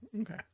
Okay